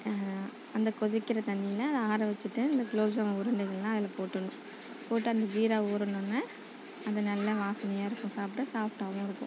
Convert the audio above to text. அந்த கொதிக்கின்ற தண்ணியில் ஆற வச்சுட்டு அந்த குலோப் ஜாம் உருண்டைகள்லாம் அதில் போட்டுடணும் போட்டு அந்த ஜீரா ஊறுனோடனே அது நல்லா வாசனையாக இருக்கும் சாப்பிட்டா சாஃப்டாகவும் இருக்கும்